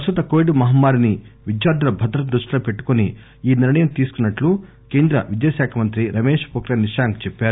ప్రస్తుత కోవిడ్ మహమ్మారిని విద్యార్దుల భద్రతను దృష్టిలో పెట్టుకుని ఈ నిర్ణయం తీసుకున్నట్లు కేంద్ర విద్యాశాఖ మంత్రి రమేష్ పోఖ్రియాల్ నిశాంక్ చెప్పారు